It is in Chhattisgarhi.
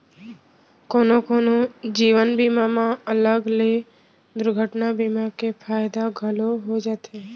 कोनो कोनो जीवन बीमा म अलग ले दुरघटना बीमा के फायदा घलौ हो जाथे